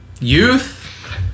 Youth